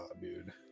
dude